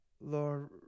Lord